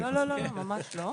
לא, לא, לא ממש לא.